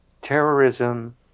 Terrorism